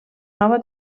nova